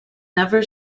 never